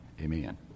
Amen